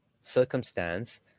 circumstance